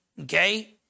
okay